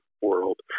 world